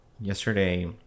Yesterday